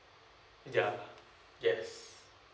yeah yes